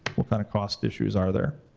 what kind of cost issues are there?